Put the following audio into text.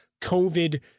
COVID